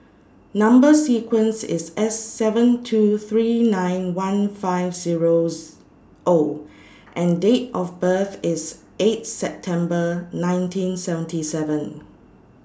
Number sequence IS S seven two three nine one five zeros O and Date of birth IS eight September nineteen seventy seven